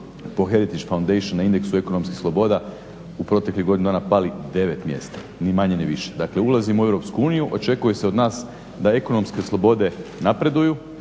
se ne razumije./… indeksu ekonomskih sloboda u proteklih godinu dana pali devet mjesta ni manje ni više. Dakle, ulazimo u EU, očekuje se od nas da ekonomske slobode napreduju